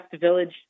village